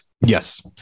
Yes